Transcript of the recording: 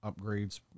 upgrades